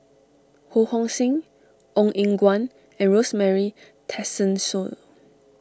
Ho Hong Sing Ong Eng Guan and Rosemary Tessensohn